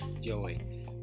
Joy